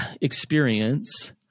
experience